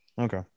Okay